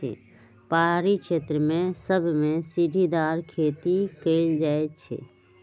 पहारी क्षेत्र सभमें सीढ़ीदार खेती कएल जाइ छइ